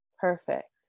Perfect